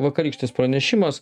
vakarykštis pranešimas